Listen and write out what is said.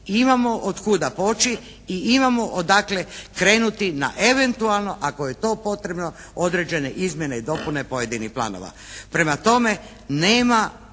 imamo od kuda poći i imamo odakle krenuti na eventualno ako je potrebno određene izmjene i dopune pojedinih planova. Prema tome nema